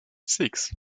six